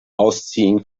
ausziehen